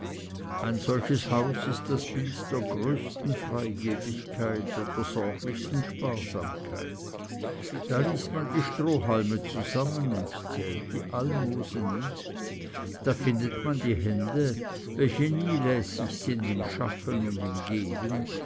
ein solches haus ist das bild der größten freigebigkeit und der sorglichsten sparsamkeit da liest man die strohhalme zusammen und zählt die almosen nicht da findet man die hände welche nie lässig sind im schaffen und im geben